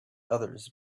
others